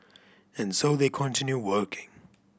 and so they continue working